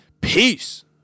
Peace